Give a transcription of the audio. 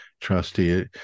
trustee